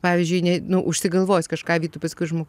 pavyzdžiui ne nu užsigalvojus kažką vytui pasakau žmu